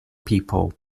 people